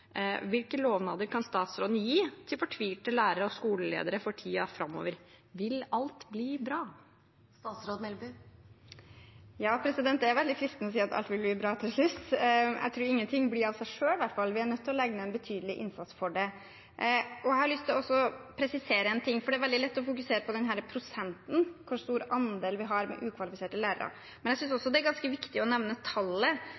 Hvilke lovnader kan statsråden gi fortvilte lærere og skoleledere for tiden framover? Vil alt bli bra? Ja, det er veldig fristende å si at alt vil bli bra til slutt. Jeg tror ingenting blir det av seg selv i hvert fall, vi er nødt til å legge ned en betydelig innsats for det. Jeg har lyst til å presisere én ting, for det er veldig lett å fokusere på denne prosenten, hvor stor andel ukvalifiserte lærere vi har.